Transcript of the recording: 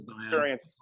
experience